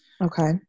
Okay